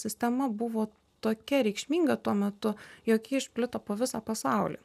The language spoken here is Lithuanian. sistema buvo tokia reikšminga tuo metu jog ji išplito po visą pasaulį